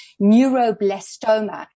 neuroblastoma